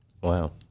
Wow